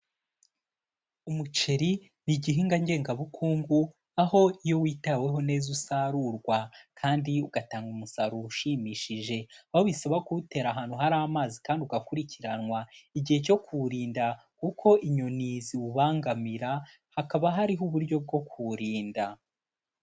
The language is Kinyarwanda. Umuceri ni igihingwa ngengabukungu aho iyo witaweho neza usarurwa kandi ugatanga umusaruro ushimishije, aho bisaba kuwutera ahantu hari amazi kandi ugakurikiranwa igihe cyo kuwurinda kuko inyoni ziwubangamira, hakaba hariho uburyo bwo kuwurinda.